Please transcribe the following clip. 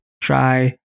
try